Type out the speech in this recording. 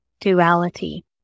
Duality